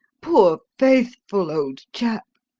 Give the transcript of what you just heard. poor, faithful old chap!